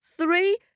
three